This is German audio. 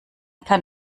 kann